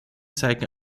zeigen